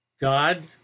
God